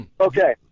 Okay